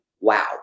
wow